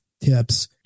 tips